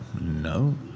No